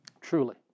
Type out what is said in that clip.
truly